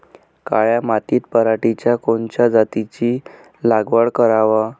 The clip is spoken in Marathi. काळ्या मातीत पराटीच्या कोनच्या जातीची लागवड कराव?